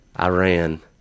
Iran